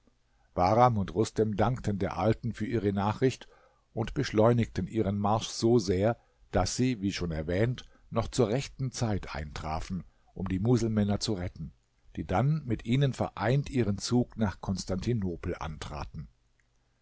bahram und rustem dankten der alten für ihre nachricht und beschleunigten ihren marsch so sehr daß sie wie schon erwähnt noch zur rechten zeit eintrafen um die muselmänner zu retten die dann mit ihnen vereint ihren zug nach konstantinopel antraten